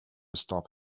stop